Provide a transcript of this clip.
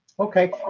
Okay